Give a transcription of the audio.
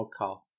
podcast